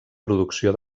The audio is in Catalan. producció